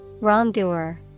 Wrongdoer